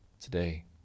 today